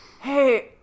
hey